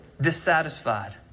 dissatisfied